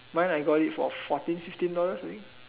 mine I got it for fourteen fifteen dollars I think